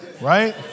Right